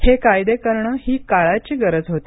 हे कायदे करण ही काळाची गरज होती